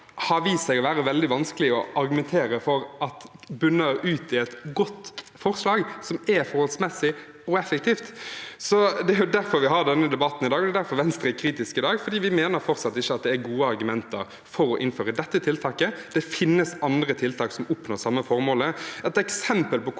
har vist seg å være veldig vanskelig å argumentere for at munner ut i et godt forslag som er forholdsmessig og effektivt. Det er derfor vi har denne debatten i dag, og det er derfor Venstre er kritisk i dag, for vi mener fortsatt ikke at det er gode argumenter for å innføre dette tiltaket. Det finnes andre tiltak som oppnår det samme formålet.